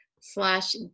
slash